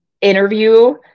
interview